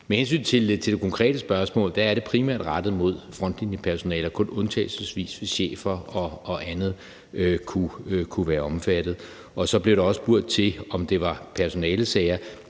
Med hensyn til det konkrete spørgsmål vil jeg sige, at det primært er rettet mod frontlinjepersonale, og kun undtagelsesvis vil chefer og andre kunne være omfattet. Så blev der også spurgt til, om det var personalesager.